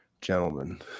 gentlemen